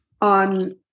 on